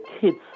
kids